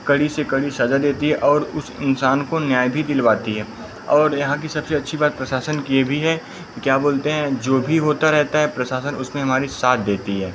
कड़ी से कड़ी सज़ा देती है और उस इन्सान को न्याय भी दिलवाती है और यहाँ की सबसे अच्छी बात प्रशासन की यह भी है कि क्या बोलते हैं जो भी होता रहता है प्रशासन उसमें हमारा साथ देती है